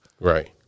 Right